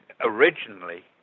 Originally